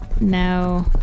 No